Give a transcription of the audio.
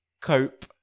Cope